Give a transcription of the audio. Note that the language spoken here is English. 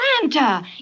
Santa